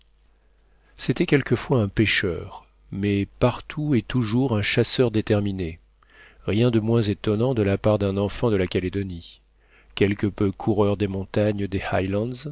c'était quelquefois un pêcheur mais partout et toujours un chasseur déterminé rien de moins étonnant de la part d'un enfant de la calédonie quelque peu coureur des montagnes des